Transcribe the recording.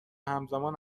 همزمان